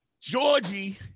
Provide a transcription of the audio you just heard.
Georgie